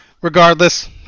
Regardless